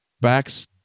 backs